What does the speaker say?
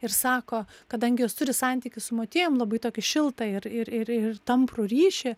ir sako kadangi jos turi santykį su motiejum labai tokį šiltą ir ir ir ir tamprų ryšį